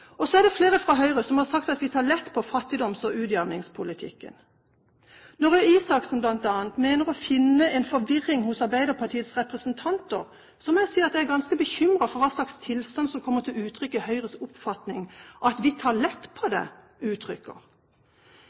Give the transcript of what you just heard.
Og så er det flere fra Høyre som har sagt at vi tar for lett på fattigdoms- og utjevningspolitikken. Når Røe Isaksen bl.a. mener å finne en forvirring hos Arbeiderpartiets representanter, må jeg si at jeg er ganske bekymret for hva slags tilstand som kommer til uttrykk i Høyres oppfatning, at vi tar lett på det.